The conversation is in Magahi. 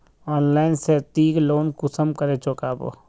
ऑनलाइन से ती लोन कुंसम करे चुकाबो?